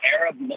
Arab